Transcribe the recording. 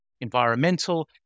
Environmental